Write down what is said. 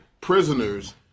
prisoners